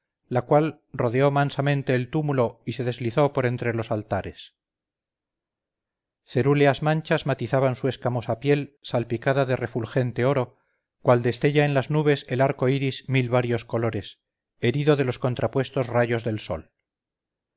la cual rodeó mansamente el túmulo y se deslizó por entre los altares cerúleas manchas matizaban su escamosa piel salpicada de refulgente oro cual destella en las nubes el arco iris mil varios colores herido de los contrapuestos rayos del sol